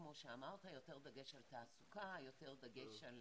כמו שאמרת יותר דגש על תעסוקה, יותר דגש על